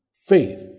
Faith